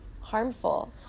harmful